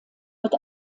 wird